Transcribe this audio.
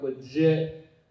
legit